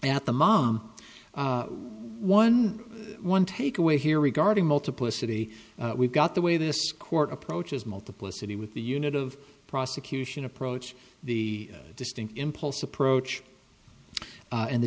at the mom one one takeaway here regarding multiplicity we've got the way this court approaches multiplicity with the unit of prosecution approach the distinct impulse approach and the